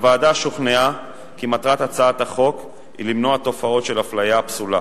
הוועדה שוכנעה כי מטרת הצעת החוק היא למנוע תופעות של הפליה פסולה,